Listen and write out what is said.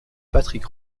patrick